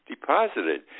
deposited